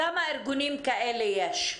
כמה ארגונים כאלה יש?